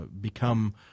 become